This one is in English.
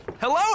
Hello